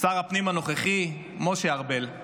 שר הפנים הנוכחי משה ארבל,